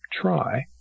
try